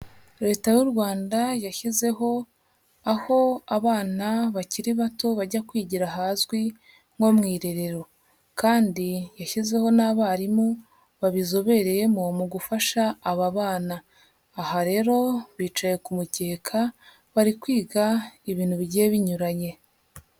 Leta y'u Rwanda yashyizeho aho abana bakiri bato bajya kwigira hazwi nko mu irerero kandi yashyizeho n'abarimu babizobereyemo mu gufasha aba bana. Aha rero bicaye ku mukeka bari kwiga ibintu bigiye binyuranye.